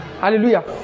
Hallelujah